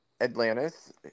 Atlantis